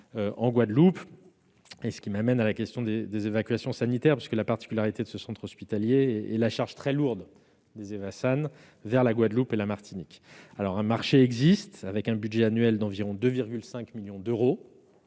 en Guadeloupe. Cela m'amène à la question des évacuations sanitaires, à la particularité de ce centre hospitalier et à la charge très lourde des évacuations sanitaires vers la Guadeloupe et la Martinique. Un marché existe, dont le budget annuel est d'environ 2,5 millions d'euros.